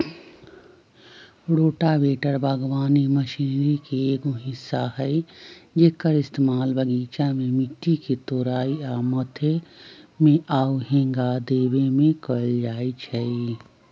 rotavator बगवानी मशिनरी के एगो हिस्सा हई जेक्कर इस्तेमाल बगीचा में मिट्टी के तोराई आ मथे में आउ हेंगा देबे में कएल जाई छई